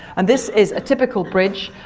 and this is a typical bridge.